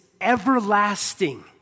everlasting